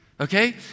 Okay